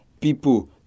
people